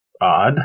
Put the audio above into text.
odd